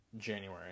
january